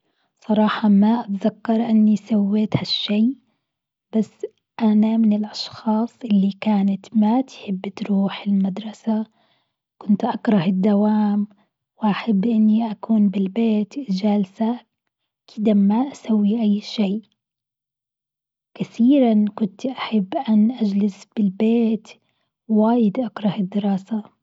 صراحة ما أتذكر إني سويت هالشيء، بس أنا من الأشخاص إللي كانت ما تحب تروح المدرسة، كنت أكره الدوام، وأحب إني أكون بالبيت جالسة كذا ما أسوي أي شيء، كثيرا كنت أحب إن أجلس بالبيت، واجد اكره الدراسة.